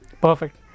Perfect